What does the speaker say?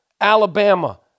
Alabama